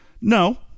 no